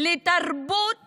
לתרבות